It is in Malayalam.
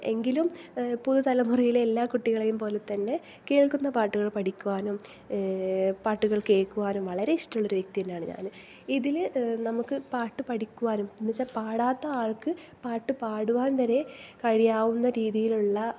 എങ്കിലും പുതു തലമുറയിലെ എല്ലാ കുട്ടികളേയും പോലെ തന്നെ കേൾക്കുന്ന പാട്ടുകൾ പഠിക്കുവാനും പാട്ടുകൾ കേൾക്കുവാനും വളരെ ഇഷ്ട്ടമുള്ളൊരു വ്യക്തി തന്നെയാണ് ഞാൻ ഇതിൽ നമുക്ക് പാട്ട് പഠിക്കുവാനും എന്ന് വച്ചാൽ പാടാത്ത ആൾക്ക് പാട്ട് പാടുവാൻ വരെ കഴിയാവുന്ന രീതിയിലുള്ള